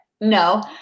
no